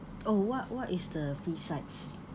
oh what what is the free sides